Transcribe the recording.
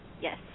Yes